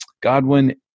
Godwin